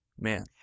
man